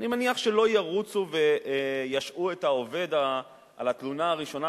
אני מניח שלא ירוצו וישעו את העובד על התלונה הראשונה,